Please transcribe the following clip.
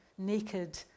naked